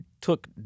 took